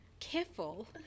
careful